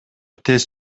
тез